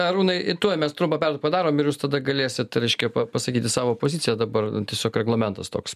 arūnai tuoj mes trumpą pertrauką padarom ir jūs tada galėsit reiškia pasakyti savo poziciją dabar tiesiog reglamentas toks